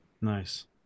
Nice